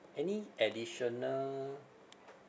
any additional